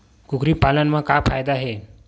कुकरी पालन म का फ़ायदा हे?